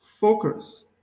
focus